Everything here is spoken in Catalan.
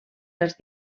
els